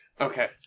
Okay